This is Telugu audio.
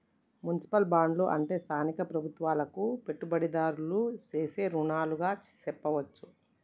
మున్సిపల్ బాండ్లు అంటే స్థానిక ప్రభుత్వాలకు పెట్టుబడిదారులు సేసే రుణాలుగా సెప్పవచ్చు